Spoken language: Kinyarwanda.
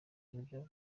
ibyo